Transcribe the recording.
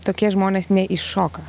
tokie žmonės neiššoka